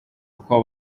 kuko